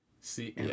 See